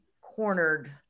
cornered